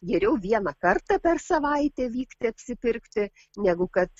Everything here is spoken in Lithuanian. geriau vieną kartą per savaitę vykti apsipirkti negu kad